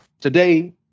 Today